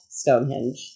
stonehenge